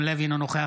אינו נוכח ירון לוי,